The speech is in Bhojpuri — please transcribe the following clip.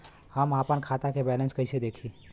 हम आपन खाता क बैलेंस कईसे देखी?